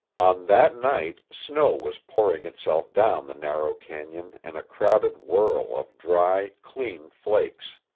on that night, snow was pouring itself down the narrow canon in a crowded whirl of dry, clean flakes.